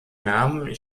namen